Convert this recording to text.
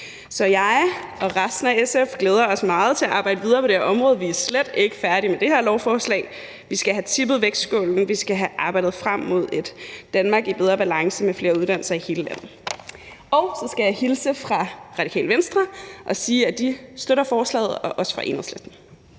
jeg og resten af SF glæder os meget til at arbejde videre med det her område – det arbejde er slet ikke færdigt med det her lovforslag. Vi skal have tippet vægtskålen, og vi skal have arbejdet frem mod et Danmark i bedre balance med flere uddannelser i hele landet. Og så skal jeg hilse fra Radikale Venstre og Enhedslisten og sige, at de støtter